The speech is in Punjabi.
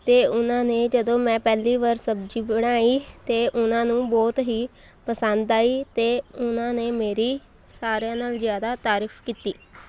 ਅਤੇ ਉਨ੍ਹਾਂ ਨੇ ਜਦੋਂ ਮੈਂ ਪਹਿਲੀ ਵਾਰ ਸਬਜ਼ੀ ਬਣਾਈ ਅਤੇ ਉਹਨਾਂ ਨੂੰ ਬਹੁਤ ਹੀ ਪਸੰਦ ਆਈ ਅਤੇ ਉਹਨਾਂ ਨੇ ਮੇਰੀ ਸਾਰਿਆਂ ਨਾਲੋਂ ਜ਼ਿਆਦਾ ਤਾਰੀਫ ਕੀਤੀ